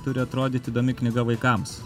turi atrodyti įdomi knyga vaikams